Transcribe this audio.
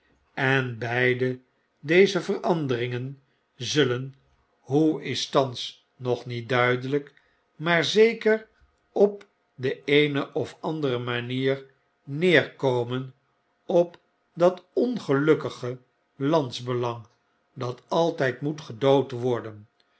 en beidedeze veranderingen zullen hoe is thans nog niet duidelp maar zeker op de eene of andere manier neerkomen op dat ongelukkige landsbelang dat altfld moet fedood worden